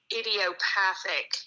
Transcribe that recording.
idiopathic